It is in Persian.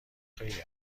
خیلی